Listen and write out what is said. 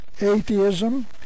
atheism